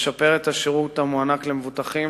לשפר את השירות הניתן למבוטחים,